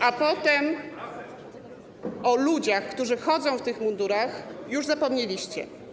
A potem o ludziach, którzy chodzą w tych mundurach, już zapomnieliście.